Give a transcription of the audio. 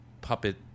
puppet